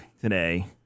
today